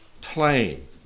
plain